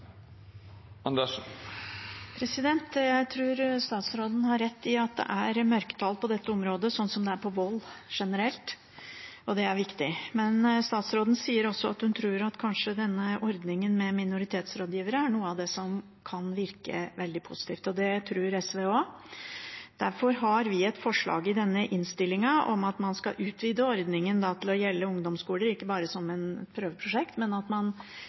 Jeg tror statsråden har rett i at det er mørketall på dette området, slik det generelt er når det gjelder vold, og det er viktig å merke seg. Men statsråden sier også at hun tror denne ordningen med minoritetsrådgivere kanskje er noe av det som kan virke veldig positivt, og det tror også SV. Derfor har vi et forslag i denne innstillingen om at man skal utvide ordningen til å gjelde ungdomsskoler, ikke bare som et prøveprosjekt, men at man